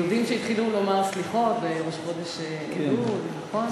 יהודים שהתחילו לומר סליחות בראש חודש אלול, נכון?